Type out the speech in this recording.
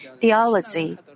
theology